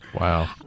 Wow